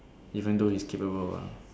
even though he's capable ah